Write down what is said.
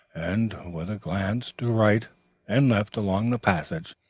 and, with a glance to right and left along the passage,